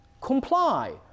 comply